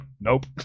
nope